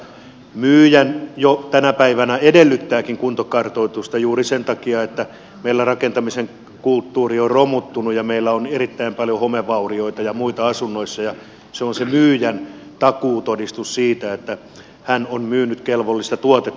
myyjä jo tänä päivänä edellyttääkin kuntokartoitusta juuri sen takia että meillä rakentamisen kulttuuri on romuttunut ja meillä on erittäin paljon homevaurioita ja muita asunnoissa ja se on se myyjän takuutodistus siitä että hän on myynyt kelvollista tuotetta